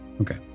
okay